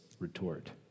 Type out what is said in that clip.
retort